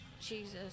Jesus